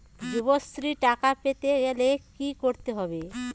যুবশ্রীর টাকা পেতে গেলে কি করতে হবে?